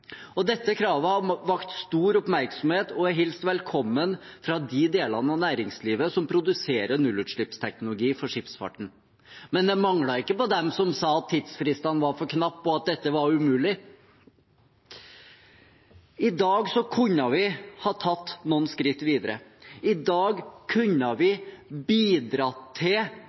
Dette kravet har vakt stor oppmerksomhet og er hilst velkommen av de delene av næringslivet som produserer nullutslippsteknologi for skipsfarten, men det manglet ikke på dem som sa at tidsfristene var for knappe, og at dette var umulig. I dag kunne vi ha tatt noen skritt videre. I dag kunne vi, som jeg sa, bidratt til